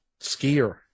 skier